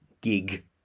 gig